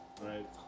Right